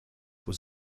was